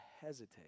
hesitate